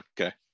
Okay